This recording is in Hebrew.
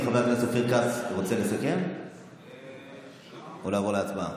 חבר הכנסת אופיר כץ, רוצה לסכם או לעבור להצבעה?